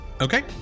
Okay